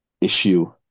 issue